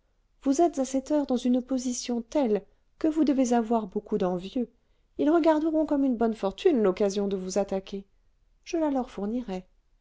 vous êtes à cette heure dans une position telle que vous devez avoir beaucoup d'envieux ils regarderont comme une bonne fortune l'occasion de vous attaquer je la leur fournirai